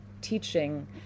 teaching